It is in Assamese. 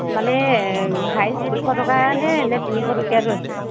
মানে হায়েষ্ট দুশ টকানে নে তিনিশ টকীয়াতো আছে